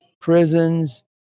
prisons